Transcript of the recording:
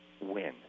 win